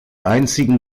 einzigen